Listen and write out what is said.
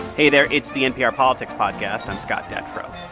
hey there. it's the npr politics podcast. i'm scott detrow.